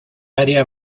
área